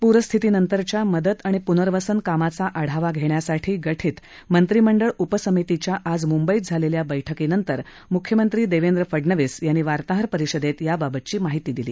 पूरस्थितीनंतरच्या मदत आणि प्नर्वसन कामाचा आढावा घेण्यासाठी गठीत मंत्रिमंडळ उपसमितीच्या आज मुंबईत झालेल्या बैठकीनंतर म्ख्यमंत्री देवेंद्र फडनवीस यांनी वार्ताहर परिषदेत याबाबत माहिती दिली